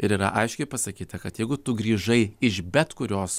ir yra aiškiai pasakyta kad jeigu tu grįžai iš bet kurios